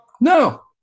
No